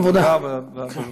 העבודה, כן.